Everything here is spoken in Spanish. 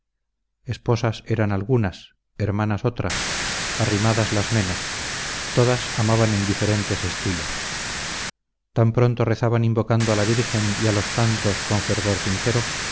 esposas eran algunas hermanas otras arrimadas las menos todas amaban en diferentes estilos tan pronto rezaban invocando a la virgen y a los santos con fervor sincero